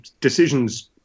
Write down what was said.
decisions